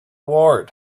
ward